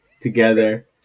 together